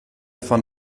von